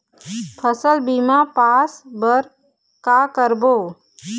फसल बीमा पास बर का करबो?